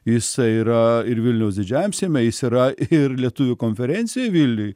jisai yra ir vilniaus didžiajam seime yra ir lietuvių konferencijoj vilniuj